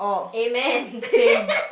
amen same